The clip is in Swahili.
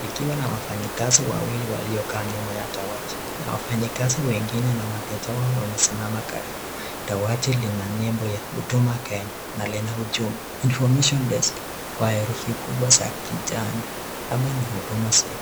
likiwa na wafanyikazi wawili wa hiyo wamekaa nyuma ya dawati wafanyikazi wengine na wateja wao wamesimama karibu dawati Lina nembo ya Huduma Kenya na Lina ujumbe information desk kwa herufi kubwa za kijani hapa ni Huduma center .